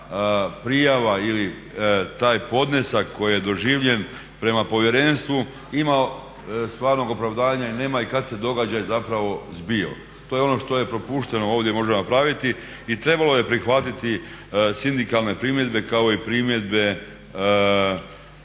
prijava ili taj podnesak koji je doživljen prema povjerenstvu imao stvarnog opravdanja ili nema i kada se događaj zapravo zbio. To je ono što je propušteno ovdje možda napraviti. I trebalo je prihvatiti sindikalne primjedbe kao i primjedbe